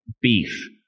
beef